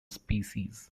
species